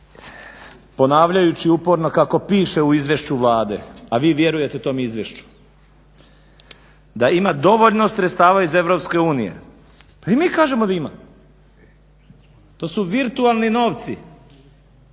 Ponavljajući uporno kako piše u izvješću Vlade a vi vjerujete tom izvješću da ima dovoljno sredstava iz EU. Pa i mi kažemo da ima, to su virtualni novci